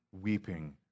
weeping